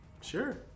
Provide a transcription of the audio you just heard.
Sure